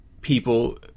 people